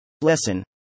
Lesson